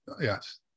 yes